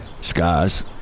skies